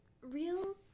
real